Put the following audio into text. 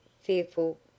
fearful